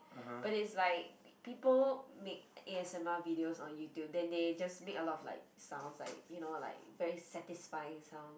but it's like people make a_s_m_r videos on YouTube then they just make a lot of like sounds like you know like very satisfying sounds